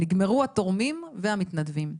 נגמרו התורמים והמתנדבים.